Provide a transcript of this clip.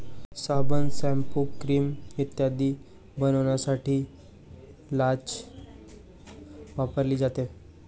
साबण, shampoo, cream इत्यादी बनवण्यासाठी लाच वापरली जाते